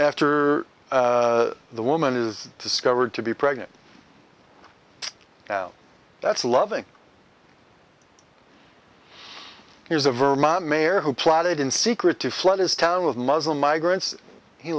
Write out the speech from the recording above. after the woman is discovered to be pregnant that's loving here's a vermont mayor who plotted in secret to flood his town with muslim migrants he